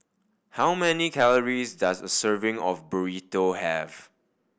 how many calories does a serving of Burrito have